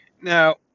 Now